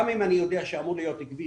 גם אם אני יודע שאמור להיות כביש,